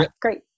great